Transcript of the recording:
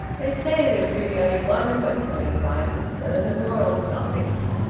they say there's really only one hotel in brighton, sir the royal sussex.